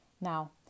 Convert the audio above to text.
Now